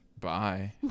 Bye